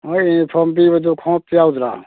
ꯃꯈꯣꯏ ꯌꯨꯅꯤꯐꯣꯔꯝ ꯄꯤꯕꯗꯨ ꯈꯣꯡꯎꯞ ꯌꯥꯎꯗ꯭ꯔꯣ